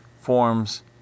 forms